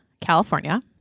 California